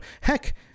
heck